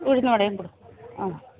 ഉഴുന്നുവടയും ആ